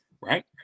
right